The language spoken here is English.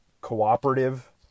cooperative